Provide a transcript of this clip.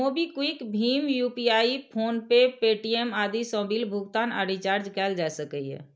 MobiKwik, भीम UPI, PhonePe, Paytm आदि सं बिल भुगतान आ रिचार्ज कैल जा सकैए